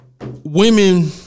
women